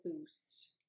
boost